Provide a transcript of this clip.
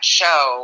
show